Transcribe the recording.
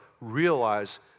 realize